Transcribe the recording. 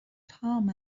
تام